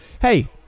hey